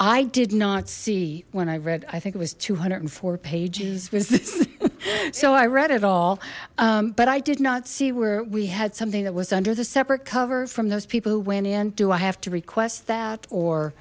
i did not see when i read i think it was two hundred and four pages visit so i read it all but i did not see where we had something that was under the separate cover from those people who went in do i have to request that or